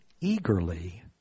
eagerly